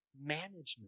management